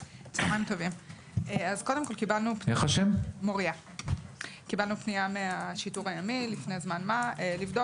לפני זמן מה קיבלנו פנייה מהשיטור הימי כדי לבדוק